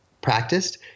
practiced